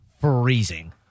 freezing